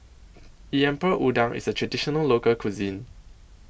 Lemper Udang IS A Traditional Local Cuisine